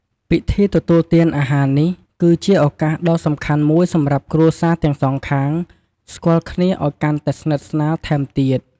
ពិធីទទួលទានអាហារនេះ គឺជាឱកាសដ៏សំខាន់មួយសម្រាប់គ្រួសារទាំងសងខាង ស្គាល់គ្នាឲ្យកាន់តែស្និទ្ធស្នាលថែមទៀត។